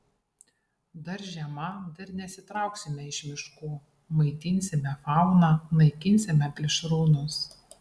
dar žiema dar nesitrauksime iš miškų maitinsime fauną naikinsime plėšrūnus